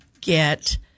get